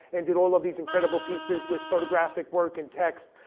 and did all of these incredible pieces with photographic work in text.